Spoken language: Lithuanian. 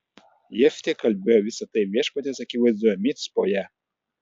jeftė kalbėjo visa tai viešpaties akivaizdoje micpoje